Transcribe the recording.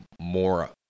more